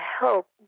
help